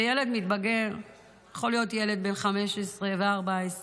וילד מתבגר יכול להיות ילד בן 15 ו-14,